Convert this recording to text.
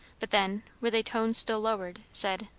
but then, with a tone still lowered, said,